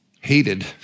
hated